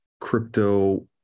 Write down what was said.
crypto